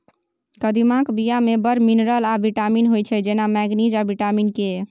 कदीमाक बीया मे बड़ मिनरल आ बिटामिन होइ छै जेना मैगनीज आ बिटामिन के